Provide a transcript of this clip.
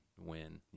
win